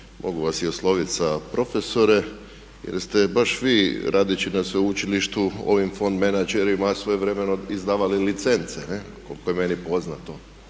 Mogu vas i osloviti i sa profesore jer ste baš vi radeći na sveučilištu, ovaj fond menađerima svojevremeno izdavali licence, jel koliko je meni poznato.